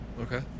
Okay